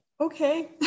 okay